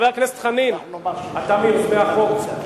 אתה מיוזמי החוק,